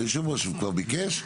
היושב-ראש כבר ביקש.